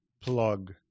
plug